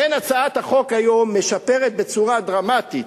לכן, הצעת החוק היום משפרת בצורה דרמטית